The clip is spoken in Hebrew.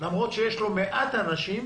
למרות שיש לו מעט אנשים,